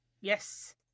Yes